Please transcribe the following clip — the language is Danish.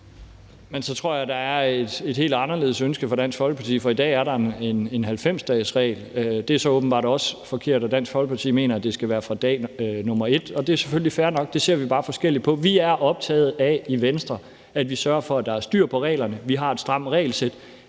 Men så tror jeg, der er et helt anderledes ønske fra Dansk Folkeparti. For i dag er der en 90-dagesregel, og det er så åbenbart også forkert. Dansk Folkeparti mener, det skal være fra dag 1. Det er selvfølgelig fair nok; det ser vi bare forskelligt på. Vi er optaget af i Venstre, at vi sørger for, at der er styr på reglerne. Vi har et stramt regelsæt,